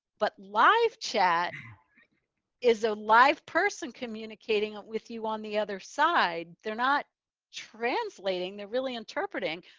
but live chat is a live person communicating with you on the other side, they're not translating. they're really interpreting,